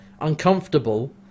uncomfortable